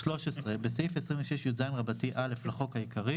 תיקון סעיף 26יז 13. בסעיף 26יז(א) לחוק העיקרי,